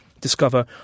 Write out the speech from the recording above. discover